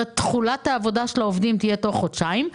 כלומר תכולת העבודה של העובדים תהיה תוך חודשיים.